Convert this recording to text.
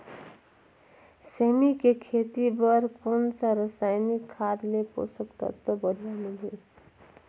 सेमी के खेती बार कोन सा रसायनिक खाद ले पोषक तत्व बढ़िया मिलही?